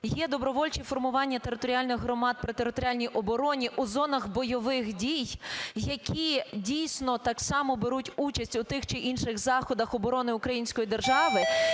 є добровольчі формування територіальних громад при територіальній обороні у зонах бойових дій, які дійсно так само беруть участь у тих чи інших заходах оборони української держави,